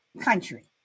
country